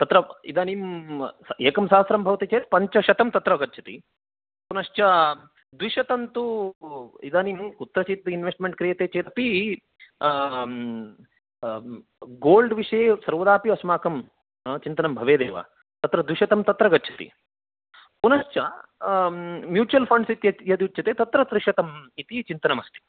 तत्र इदानीं एकं सहस्रं भवति चेत् पञ्चशतं तत्र गच्छति पुनश्च द्विशतं तु इदानीं कुत्रचित् इन्वेस्ट्मेण्ट् क्रियते चेदपि गोल्ड् विषये सर्वदापि अस्माकं चिन्तनं भवेदेव तत्र द्विशतं तत्र गच्छति पुनश्च म्यूचियल् फण्ड्स् इति यदुच्यते तत्र इति चिन्तनमस्ति